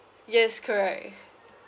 yes correct